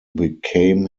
became